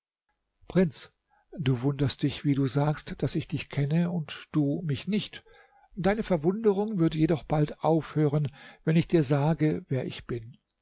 prinz du wunderst dich wie du sagst daß ich dich kenne und du mich nicht deine verwunderung wird jedoch bald aufhören wenn ich dir sage wer ich bin